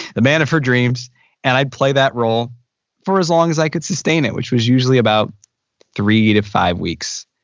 the man of her dreams and i play that role for as long as i could sustain it which was usually about three to five weeks.